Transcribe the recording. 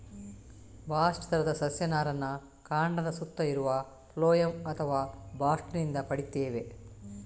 bast ತರದ ಸಸ್ಯ ನಾರನ್ನ ಕಾಂಡದ ಸುತ್ತ ಇರುವ ಫ್ಲೋಯಂ ಅಥವಾ ಬಾಸ್ಟ್ ನಿಂದ ಪಡೀತೇವೆ